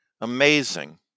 Amazing